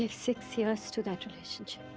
six years to that relationship.